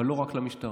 אבל לא רק למשטרה.